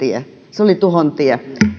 se oli tuhon tie ja